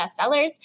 bestsellers